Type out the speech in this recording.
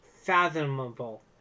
fathomable